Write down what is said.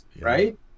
right